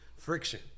Friction